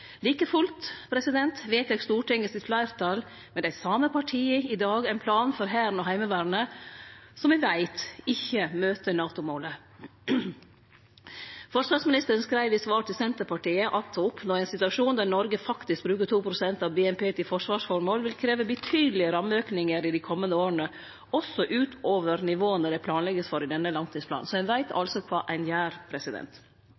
Like fullt vedtek Stortingets fleirtal, dei same partia, i dag ein plan for Hæren og Heimevernet som me veit ikkje møter NATO-målet. Forsvarsministeren skreiv i svar til Senterpartiet at «å oppnå en situasjon der Norge faktisk bruker 2 prosent av BNP til forsvarsformål vil kreve betydelige rammeøkninger i de kommende årene, også ut over nivåene det planlegges for i denne langtidsplanen». Ein veit